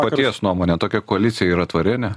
paties nuomonė tokia koalicija yra tvari ane